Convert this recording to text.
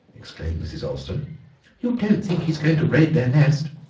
exclaimed mrs. olston you don't think he's going to raid their nest?